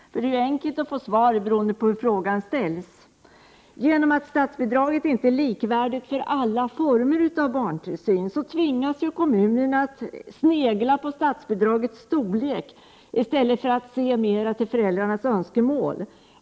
Det är enkelt att få det svar man vill ha beroende på hur frågan ställs. Genom att statsbidraget inte är likvärdigt för alla former av barntillsyn tvingas kommunerna att snegla på statsbidragets storlek, i stället för att mera se till föräldrarnas önskemål.